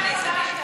חבריי חברי הכנסת,